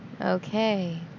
Okay